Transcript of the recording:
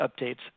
updates